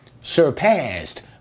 surpassed